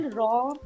raw